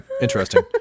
Interesting